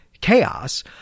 chaos